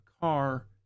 car